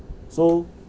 so